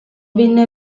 venne